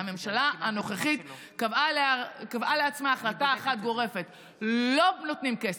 הממשלה הנוכחית קבעה לעצמה החלטה אחת גורפת: לא נותנים כסף,